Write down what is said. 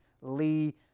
Lee